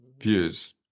views